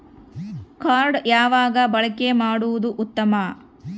Card ಯಾವಾಗ ಬಳಕೆ ಮಾಡುವುದು ಉತ್ತಮ?